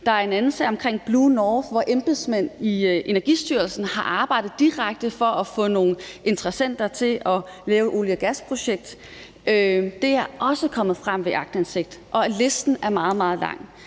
Der er en anden sag omkring Blue North, hvor embedsmænd i Energistyrelsen har arbejdet direkte for at få nogle interessenter til at lave et olie- og gasprojekt. Det er også kommet frem ved aktindsigt, og listen er meget, meget lang.